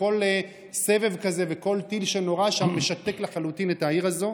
וכל סבב כזה וכל טיל שנורה שם משתק לחלוטין את העיר הזאת.